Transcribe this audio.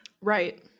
right